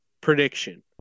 prediction